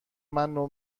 منو